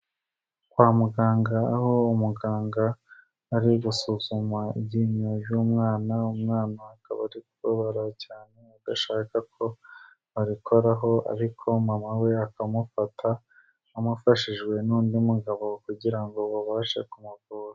Kwa muganga aho umuganga ari gusuzuma ibyiyemeje umwanawana umwana akaba ari kubabara cyane agashaka ko ba abikoraho ariko mama we akamufata amufashijwe n'undi mugabo kugira ngo babashe kumugora.